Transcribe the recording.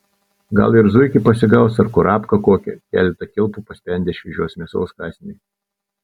gal ir zuikį pasigaus ar kurapką kokią keletą kilpų paspendęs šviežios mėsos kąsniui